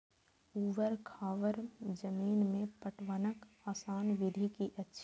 ऊवर खावर जमीन में पटवनक आसान विधि की अछि?